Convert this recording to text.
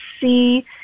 see